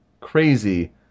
crazy